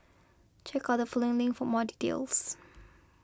check out the following link for more details